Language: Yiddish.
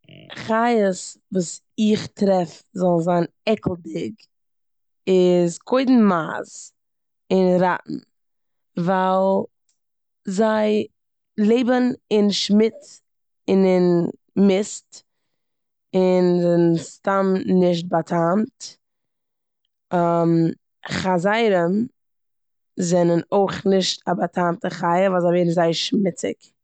חיות וואס איך טרעף זאלן זיין עקלדיג איז קודם מייז און ראטן ווייל זיי לעבן אין שמוץ און אין מוסט און זענען סתם נישט באטעמט. חזרים זענען אויך נישט א באטעמטע חיה ווייל זיי ווערן זייער שמוציג.